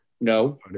No